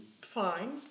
fine